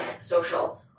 social